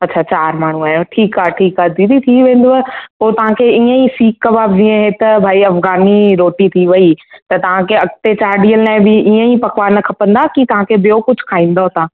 अच्छा चार माण्हू आहियो ठीकु आहे ठीकु आहे दीदी थी वेंदव पोइ तव्हां खे ईअंई सीक कबाब जीअं त भई अफ़गानी रोटी थी वई त तव्हां खे अॻिते चार ॾींहंनि लाइ बि ईअईं पकवान खपंदा कि तव्हां खे ॿियो कुझु खाईंदव तव्हां